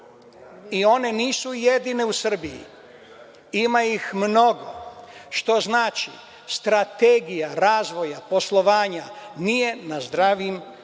nisu jedine u Srbije. Ima ih mnogo, što znači, strategija razvoja poslovanja nije na zdravim nogama.